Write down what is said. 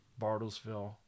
Bartlesville